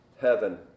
heaven